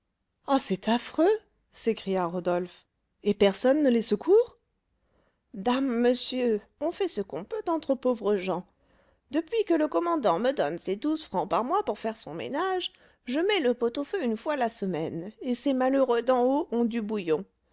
ah c'est affreux s'écria rodolphe et personne ne les secourt dame monsieur on fait ce qu'on peut entre pauvres gens depuis que le commandant me donne ses douze francs par mois pour faire son ménage je mets le pot-au-feu une fois la semaine et ces malheureux d'en haut ont du bouillon